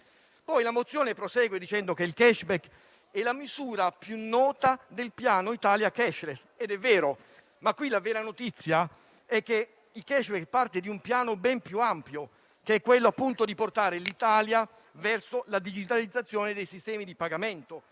mesi. La mozione prosegue dicendo che il *cashback* è la misura più nota del Piano Italia *cashless*. È vero, ma qui la vera notizia è che il *cashback* è parte di un piano ben più ampio, che è quello, appunto, di portare l'Italia verso la digitalizzazione dei sistemi di pagamento,